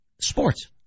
sports